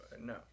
No